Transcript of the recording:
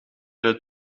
het